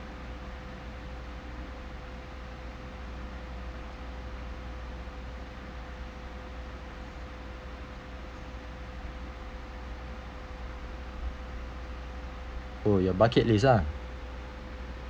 oh your bucket list lah